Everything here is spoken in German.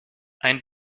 ein